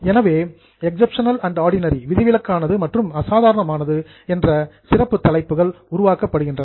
எனவே exceptional and extraordinary விதிவிலக்கானது மற்றும் அசாதாரணமானது என்ற சிறப்பு தலைப்புகள் உருவாக்கப்படுகின்றன